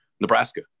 Nebraska